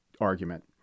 argument